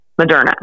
Moderna